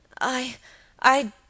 I—I